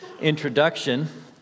introduction